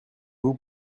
vous